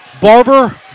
Barber